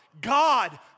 God